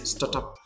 Startup